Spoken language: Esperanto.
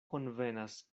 konvenas